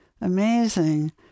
amazing